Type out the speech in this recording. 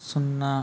సున్నా